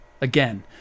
again